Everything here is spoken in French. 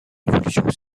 évolution